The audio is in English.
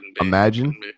Imagine